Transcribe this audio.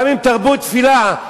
גם אם תרבו תפילה,